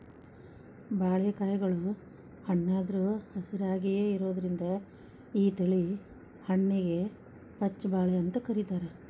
ಬಾಳಿಕಾಯಿಗಳು ಹಣ್ಣಾದ್ರು ಹಸಿರಾಯಾಗಿಯೇ ಇರೋದ್ರಿಂದ ಈ ತಳಿ ಹಣ್ಣಿಗೆ ಪಚ್ಛ ಬಾಳೆ ಅಂತ ಕರೇತಾರ